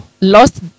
lost